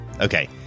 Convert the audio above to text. Okay